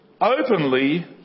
openly